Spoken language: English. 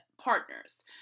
partners